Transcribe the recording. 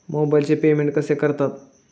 मोबाइलचे पेमेंट कसे करतात?